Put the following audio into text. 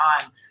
time